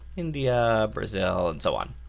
india, brazil, and so on.